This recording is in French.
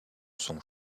son